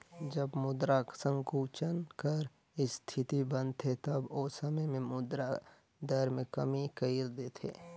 जब मुद्रा संकुचन कर इस्थिति बनथे तब ओ समे में मुद्रा दर में कमी कइर देथे